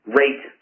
rate